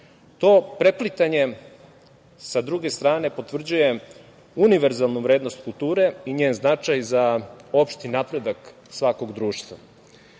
To preplitanje sa druge strane potvrđuje univerzalnu vrednost kulture i njen značaj za opštini napredak svakog društva. Kultura